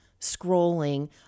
scrolling